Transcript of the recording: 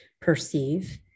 perceive